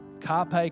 Carpe